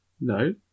No